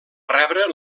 rebre